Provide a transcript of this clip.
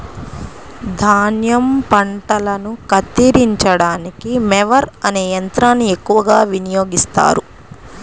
ధాన్యం పంటలను కత్తిరించడానికి మొవర్ అనే యంత్రాన్ని ఎక్కువగా వినియోగిస్తారు